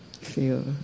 feel